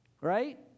right